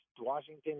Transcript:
Washington